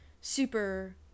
super